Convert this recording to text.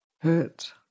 hurt